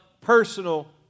personal